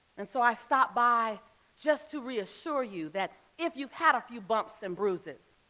and so i stopped by just to reassure you that if you've had a few bumps and bruises,